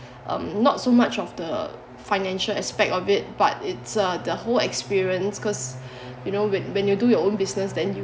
um not so much of the financial aspect of it but it's uh the whole experience because you know when when you do your own business then you